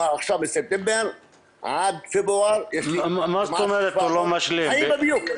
מה זאת אומרת הוא לא משלים?